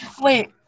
Wait